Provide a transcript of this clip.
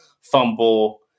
fumble